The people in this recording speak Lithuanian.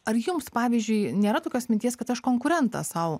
ar jums pavyzdžiui nėra tokios minties kad aš konkurentą sau